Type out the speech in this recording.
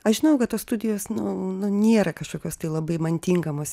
aš žinojau kad tos studijos nu nu nėra kažkokios tai labai man tinkamos